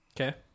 okay